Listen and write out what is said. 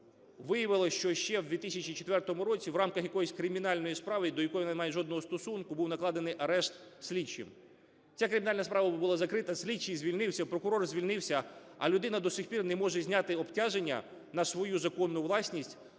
виявилось, що ще в 2004 році в рамках якоїсь кримінальної справи, до якої вона не має жодного стосунку, був накладений арешт слідчим. Ця кримінальна справа була закрита, слідчий звільнився, прокурор звільнився, а людина до сих пір не може зняти обтяження на свою законну власність